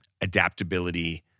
adaptability